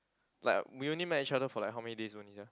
like we only met each other for like how many days only sia